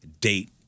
Date